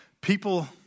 People